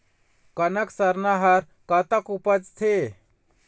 कनक सरना हर कतक उपजथे?